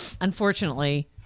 unfortunately